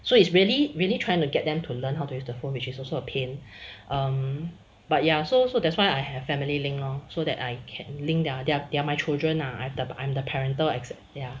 so it's really really trying to get them to learn how to use the phone which is also a pain um but ya so so that's why I have family link lor so that I can link their their they are my children lah I'm I'm the parental expert